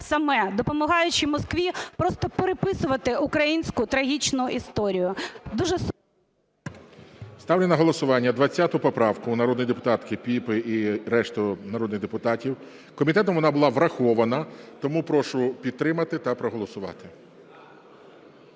саме, допомагаючи Москві просто переписувати українську трагічну історію. Дуже... ГОЛОВУЮЧИЙ. Ставлю на голосування 20 поправку народної депутатки Піпи і решти народних депутатів. Комітетом вона була врахована. Тому прошу підтримати та проголосувати.